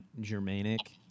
Germanic